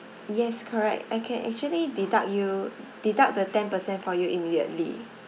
yes correct I can actually deduct you deduct the ten percent for you immediately